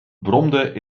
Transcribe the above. bromde